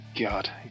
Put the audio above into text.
God